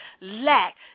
lack